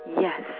Yes